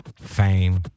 fame